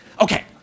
Okay